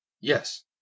Yes